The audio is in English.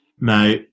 now